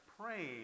praying